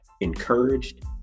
encouraged